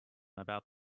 about